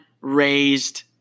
raised